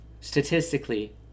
statistically